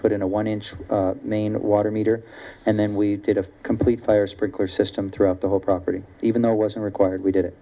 put in a one inch main water meter and then we did a complete fire sprinkler system throughout the whole property even though wasn't required we did it